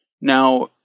Now